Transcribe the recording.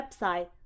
website